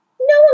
no